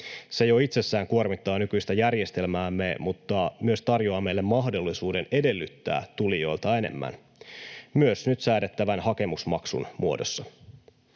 Se jo itsessään kuormittaa nykyistä järjestelmäämme, mutta myös tarjoaa meille mahdollisuuden edellyttää tulijoilta enemmän nyt säädettävän hakemusmaksun muodossa.